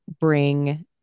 bring